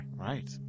Right